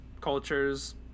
cultures